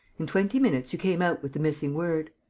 in twenty minutes, you came out with the missing word!